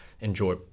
enjoy